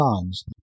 times